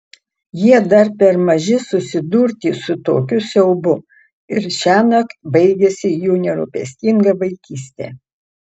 jie dar per maži susidurti su tokiu siaubu ir šiąnakt baigiasi jų nerūpestinga vaikystė